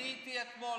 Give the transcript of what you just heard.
אני גיניתי אתמול,